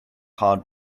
hard